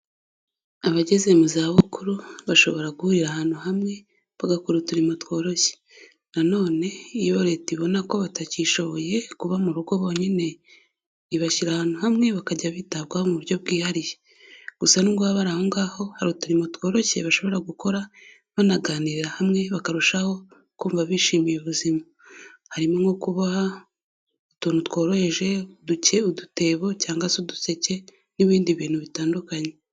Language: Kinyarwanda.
Abageze mu zabukuru bashobora guhurira ahantu hamwe, bagakora uturimo tworoshye. na none iyo Leta ibona ko batakishoboye kuba mu rugo bonyine, ibashyira ahantu hamwe bakajya bitabwaho mu buryo bwihariye. Gusa n'ubwo baba bari aho ngaho, hari uturimo tworoshye bashobora gukora banaganira hamwe, bakarushaho kumva bishimiye ubuzima. Harimo nko kuboha utuntu tworoheje duke, udutebo cyangwa se uduseke, n'ibindi bintu bitandukanye.